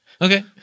Okay